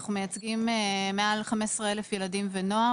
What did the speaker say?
אנחנו מייצגים מעל 15,000 ילדים ונוער,